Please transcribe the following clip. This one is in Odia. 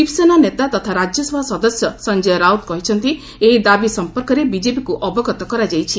ଶିବସେନା ନେତା ତଥା ରାଜ୍ୟସଭା ସଦସ୍ୟ ସଞ୍ଜୟ ରାଉତ କହିଛନ୍ତି ଏହି ଦାବି ସମ୍ପର୍କରେ ବିଜେପିକୁ ଅବଗତ କରାଯାଇଛି